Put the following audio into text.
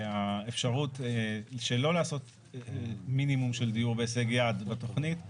והאפשרות שלא לעשות מינימום של דיור בהישג יד בתכנית,